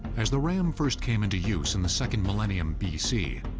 as the ram first came into use in the second millennium bc,